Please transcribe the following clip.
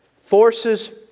Forces